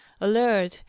alert,